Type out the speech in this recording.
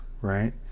right